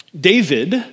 David